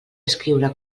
escriure